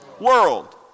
world